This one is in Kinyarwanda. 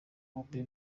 bombi